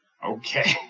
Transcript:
Okay